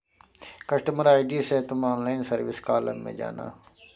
customer ID से तुम online service column में जाना